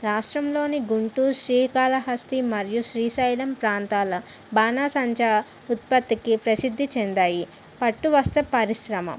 రాష్ట్రంలోని గుంటూరు శ్రీకాళహస్తి మరియు శ్రీశైలం ప్రాంతాల బాణసంచా ఉత్పత్తికి ప్రసిద్ధి చెందాయి పట్టువస్త్ర పరిశ్రమ